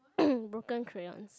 Broken Crayons